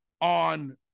on